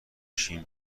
شیم